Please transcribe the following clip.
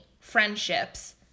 friendships